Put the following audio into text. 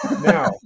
Now